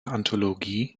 anthologie